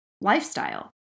lifestyle